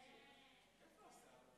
מיקי, איפה השר?